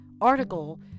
article